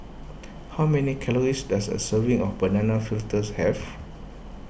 how many calories does a serving of Banana Fritters have